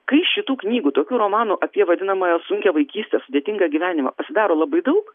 kai šitų knygų tokių romanų apie vadinamąją sunkią vaikystę sudėtingą gyvenimą pasidaro labai daug